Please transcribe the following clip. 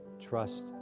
trust